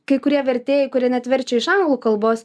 kai kurie vertėjai kurie net verčia iš anglų kalbos